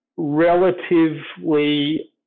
relatively